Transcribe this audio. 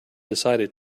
decided